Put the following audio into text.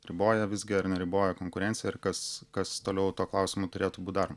riboja visgi ar neriboja konkurenciją ir kas kas toliau tuo klausimu turėtų būt daroma